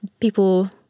people